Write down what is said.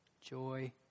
joy